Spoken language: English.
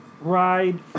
ride